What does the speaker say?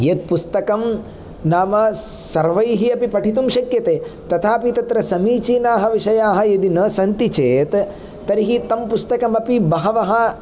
यत् पुस्तकं नाम सर्वैः अपि पठितुं शक्यते तथापि तत्र समीचीनाः विषयाः यदि न सन्ति चेत् तर्हि तं पुस्तकमपि बहवः